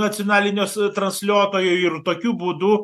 nacionalinios transliuotojo ir tokiu būdu